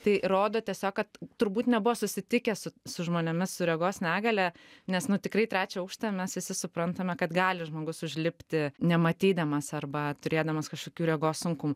tai rodo tiesiog kad turbūt nebuvo susitikęs su su žmonėmis su regos negalia nes nu tikrai į trečią aukštą mes visi suprantame kad gali žmogus užlipti nematydamas arba turėdamas kažkokių regos sunkumų